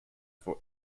for